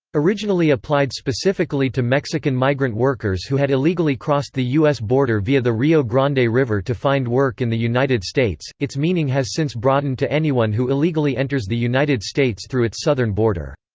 originally applied specifically to mexican migrant workers who had illegally crossed the u s. border via the rio grande river to find work in the united states, its meaning has since broadened to anyone who illegally enters the united states through its southern border.